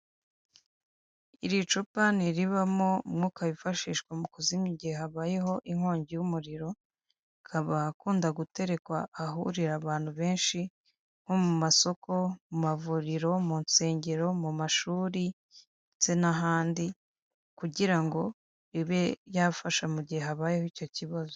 Iri cupa ni iribamo umwuka wifashishwa mu kuzimya igihe habayeho inkongi y'umuriro, akaba akunda guterekwa ahahurira abantu benshi nko mu masoko, mu mavuriro, mu nsengero, mu mashuri ndetse n'ahandi kugira ngo ibe yafasha mu gihe habayeho icyo kibazo.